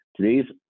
today's